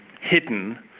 hidden